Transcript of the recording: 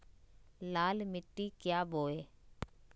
लाल मिट्टी क्या बोए?